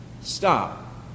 Stop